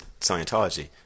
Scientology